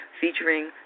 featuring